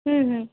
ওম হু